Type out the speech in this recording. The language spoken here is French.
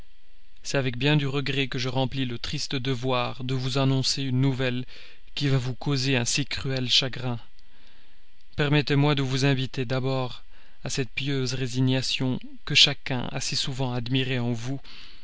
avec bien du regret que je remplis le triste devoir de vous annoncer une nouvelle qui va vous causer un si cruel chagrin permettez-moi de vous inviter d'abord à cette pieuse résignation que chacun a si souvent admirée en vous